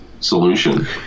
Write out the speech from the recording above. solution